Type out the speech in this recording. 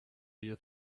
you